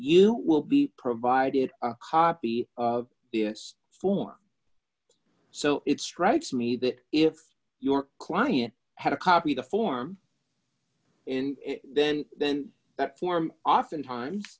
you will be provided a copy of its school so it strikes me that if your client had a copy to form in then then that form oftentimes